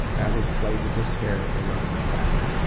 i always played with his hair or rubbed his back.